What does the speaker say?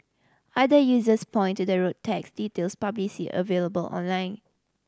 other users point to the road tax details available online